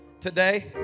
Today